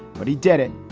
but he did it,